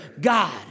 God